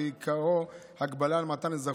ועיקרו הגבלה על מתן אזרחות,